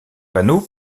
panneaux